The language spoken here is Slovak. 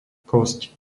kosť